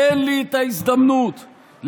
תן לי את ההזדמנות לנגן,